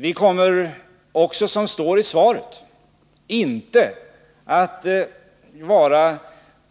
Vi kommer inte, vilket framgår av svaret, att vara